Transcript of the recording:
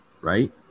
right